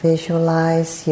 Visualize